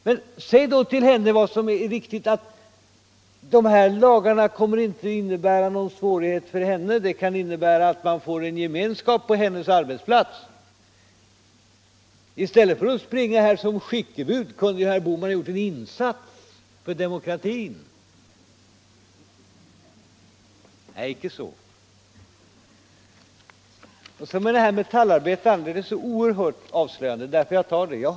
Men säg då till henne, herr Bohman, vad som är riktigt, nämligen att dessa lagar kommer inte att innebära några svårigheter för henne. De kan bara innebära att man får bättre gemenskap på hennes arbetsplats. I stället för att springa här som skickebud kunde herr Bohman ha gjort en insats för demokratin! Men icke så. Och så detta med metallarbetaren. Det är oerhört avslöjande. Därför tar jag upp den saken.